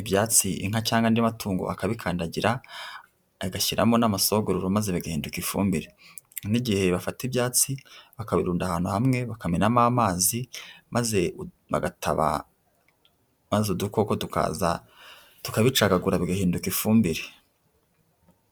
ibyatsi inka cyangwa andi matungo akabikandagira, agashyiramo n'amasogororo maze bigahinduka ifumbire, hari n'igihe bafata ibyatsi bakabirunda ahantu hamwe bakamenamo amazi, maze bagataba, maze udukoko tukaza tukabicagagura bigahinduka ifumbire.